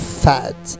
fat